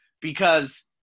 because-